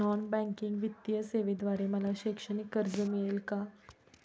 Non banking वित्तीय सेवेद्वारे मला शैक्षणिक कर्ज मिळेल का?